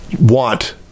want